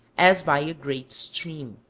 as by a great stream